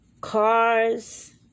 cars